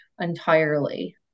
entirely